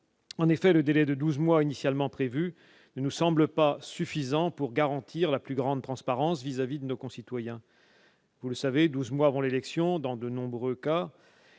En effet, le délai de douze mois, initialement prévu, ne nous semble pas suffisant pour garantir la plus grande transparence vis-à-vis de nos concitoyens. Vous le savez, douze mois avant l'élection, dans de nombreux cas